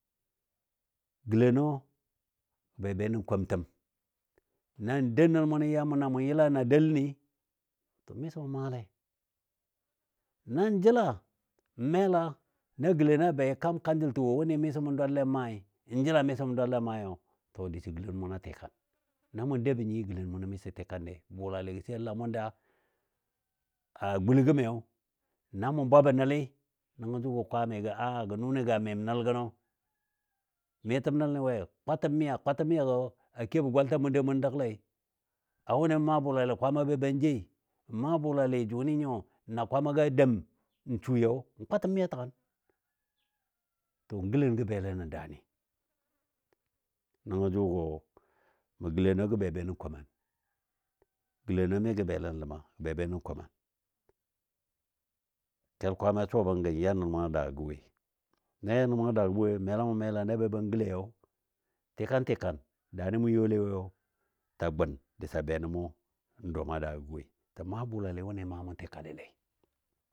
gəlenɔ gə bebe nən komtəm nan dou nəl mʊnɔ ya mʊ na mɔ yəla na delənɨ miso maalɛ, nan jəla n mela na gələ be kaam kanjəltə wo wʊni misɔ mʊn dwallɛ n maai, n jəla miso mʊ dwalle n maai diso gəlen mʊnɔ tɨkan. Na mɔ doubɔ nyi gələn mʊnɔ misɔ tikannɛ bʊlalɨgɔ sai lamʊn da, a gulo gəmiyo na mʊn bwabɔ nəli, nəngɔ jʊgɔ kaami gə a a gə nʊni ga mɨm nəl gənɔ, mɨmtəm nəl ni we kwatəm miya, kwatəm miyagɔ a kebɔ gwalta mʊn dou mʊ dəglei a wʊni n maa bʊlali Kwaama be ban jai. N maa bʊlale jʊni nyo da Kwaamaga dəm n suyɔ n kwatəm miya təgən. To gələn gə bele nən daani. Nəngo jʊgɔ mə gələnɔ ga be be nən koman. Gələnɔ mi gə bele nən ləma gə be be nən koman. Kel Kwaamai a suwa bən gɔ yal nəl mʊna daagɔ woi, nan ya nəl mʊnɔ daagɔ woi mela mʊn mela na be ban gələyo, tikan tikan daani mʊ yɔle woiyo ta gʊn disa be nən mʊ nən dom a daagɔ woi tən maa bʊlalɨ wʊni maa mʊn tikalilei